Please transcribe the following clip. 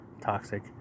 toxic